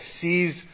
sees